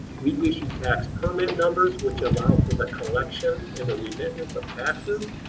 we issue tax permit numbers which allow for the collection and the remittance of taxes.